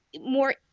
more